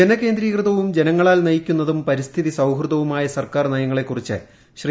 ജനകേന്ദ്രീകൃതവും ജനങ്ങളാൽ നയിക്കുന്നതും പരിസ്ഥിതി സൌഹൃദവുമായ സർക്കാർ നയങ്ങളെക്കൂറിച്ച് ശ്രീ